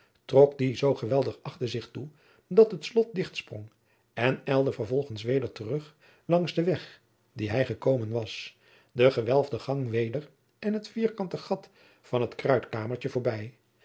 trok die zoo geweldig achter zich toe dat het slot dicht sprong en ijlde vervolgens weder terug langs den weg dien hij gekomen was den gewelfden gang weder en het vierkante gat van het kruidkamertje voorbij